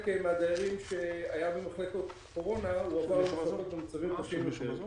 הדיירים האחרים שהיו במחלקת קורונה עברו למחלקות במצבים קשים יותר,